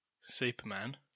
Superman